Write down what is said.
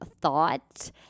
thought